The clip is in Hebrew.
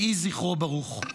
יהי זכרו ברוך.